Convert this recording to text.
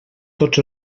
tots